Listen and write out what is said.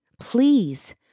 please